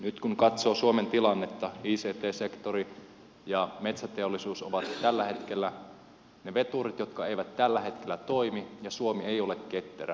nyt kun katsoo suomen tilannetta ict sektori ja metsäteollisuus ovat tällä hetkellä ne veturit jotka eivät tällä hetkellä toimi ja suomi ei ole ketterä